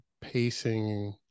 pacing